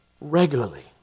regularly